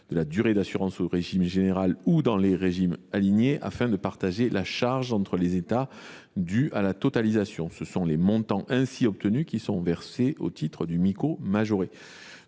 de la durée d’assurance au régime général ou dans les régimes alignés, afin de partager la charge due à la totalisation entre les États. Les montants ainsi obtenus sont versés au titre du Mico majoré.